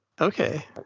Okay